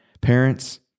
parents